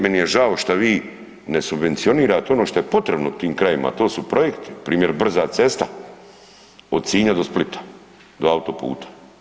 Meni je žao što vi ne subvencionirate ono što je potrebno tim krajevima, a to su projekti, primjer brza cesta od Sinja do Splita do autoputa.